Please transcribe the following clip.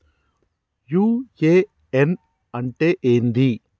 UAN అంటే ఏంది?